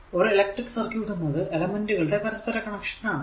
ഒരു electric circuit എന്നത് എലെമെന്റുകളുടെ പരസ്പര കണക്ഷൻ ആണ്